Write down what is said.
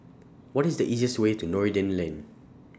What IS The easiest Way to Noordin Lane